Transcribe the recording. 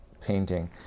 painting